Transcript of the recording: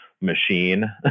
machine